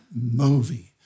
movie